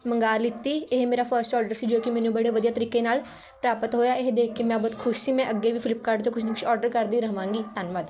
ਮੰਗਵਾ ਲਿੱਤੀ ਇਹ ਮੇਰਾ ਫਸਟ ਔਡਰ ਸੀ ਜੋ ਕਿ ਮੈਨੂੰ ਬੜੇ ਵਧੀਆ ਤਰੀਕੇ ਨਾਲ ਪ੍ਰਾਪਤ ਹੋਇਆ ਇਹ ਦੇਖ ਕੇ ਮੈਂ ਬਹੁਤ ਖੁਸ਼ ਸੀ ਮੈਂ ਅੱਗੇ ਵੀ ਫਲਿਪਕਾਰਟ ਤੋਂਂ ਕੁਛ ਨਾ ਕੁਛ ਔਡਰ ਕਰਦੀ ਰਹਾਂਗੀ ਧੰਨਵਾਦ